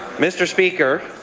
mr. speaker,